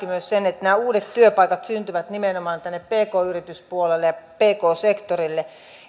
myös sen että nämä uudet työpaikat syntyvät nimenomaan tänne pk yrityspuolelle pk sektorille